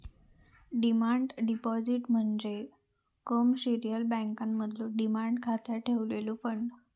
demand deposit म्हणजे commercial बँकांमधलो demand खात्यात ठेवलेलो फंड